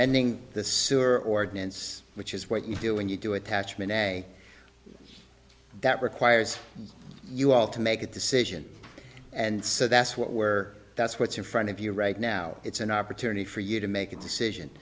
amending the sewer ordinance which is what you do when you do attachment a that requires you all to make a decision and so that's what where that's what's in front of you right now it's an opportunity for you to make a decision